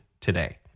today